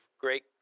great